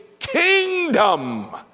kingdom